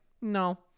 no